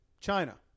China